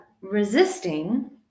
resisting